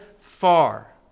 far